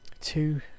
two